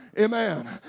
Amen